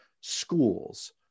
schools